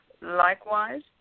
Likewise